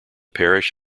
parish